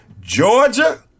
Georgia